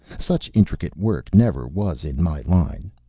such intricate work never was in my line.